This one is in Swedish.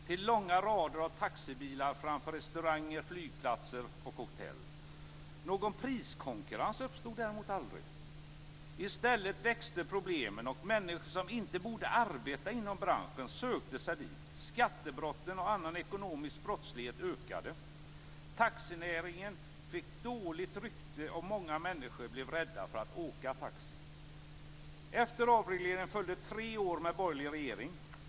till långa rader av taxibilar framför restauranger, flygplatser och hotell. Någon priskonkurrens uppstod däremot aldrig. I stället växte problemen och människor som inte borde arbeta inom branschen sökte sig dit. Skattebrotten och annan ekonomisk brottslighet ökade. Taxinäringen fick dåligt rykte, och många människor blev rädda för att åka taxi. Efter avregleringen följde tre år med borgerlig regering.